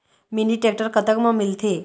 Mini tractor कतक म मिलथे?